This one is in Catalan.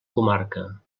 comarca